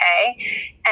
okay